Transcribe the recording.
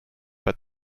het